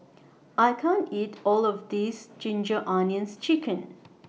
I can't eat All of This Ginger Onions Chicken